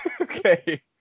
Okay